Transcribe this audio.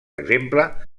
exemple